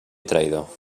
traïdor